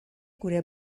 gure